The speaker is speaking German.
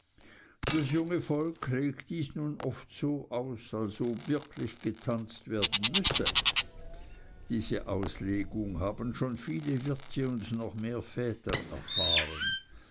das junge volk legt dies nun oft so aus als ob wirklich getanzt werden müsse diese auslegung haben schon viele wirte und noch mehr väter erfahren